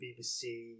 BBC